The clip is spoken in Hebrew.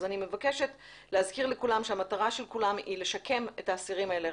אני מבקש להזכיר לכולם שהמטרה של כולם היא לשקם את האסירים האלה.